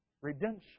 redemption